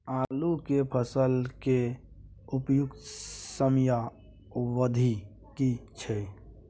आलू के फसल के उपयुक्त समयावधि की छै?